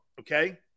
okay